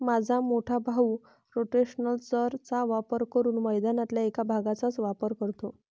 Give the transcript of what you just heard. माझा मोठा भाऊ रोटेशनल चर चा वापर करून मैदानातल्या एक भागचाच वापर करतो